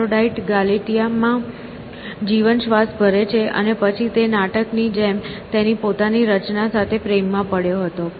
Aphrodite Galatea માં જીવન શ્વાસ ભરે છે અને પછી તે નાટકની જેમ તેની પોતાની રચના સાથે પ્રેમમાં પડ્યો હતો